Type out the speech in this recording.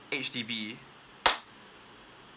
H_D_B